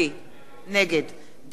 נגד דן מרידור,